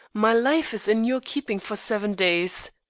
my life is in your keeping for seven days.